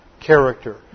character